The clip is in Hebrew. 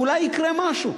אולי יקרה משהו.